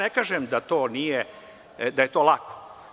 Ne kažem da je to lako.